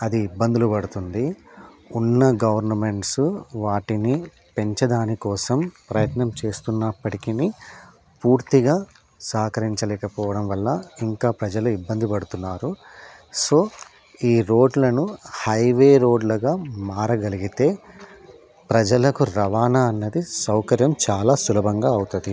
అది ఇబ్బందులు పడుతుంది ఉన్న గవర్నమెంట్సు వాటిని పెంచడానికోసం ప్రయత్నం చేస్తున్నప్పటికినీ పూర్తిగా సహకరించలేకపోవడం వల్ల ఇంకా ప్రజలు ఇబ్బంది పడుతున్నారు సో ఈ రోడ్లను హైవే రోడ్లుగా మారగలిగితే ప్రజలకు రవాణా అన్నది సౌకర్యం చాలా సులభంగా అవుతుంది